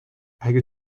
اگه